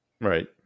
Right